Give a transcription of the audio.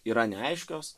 yra neaiškios